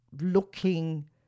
looking